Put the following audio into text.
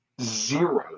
zero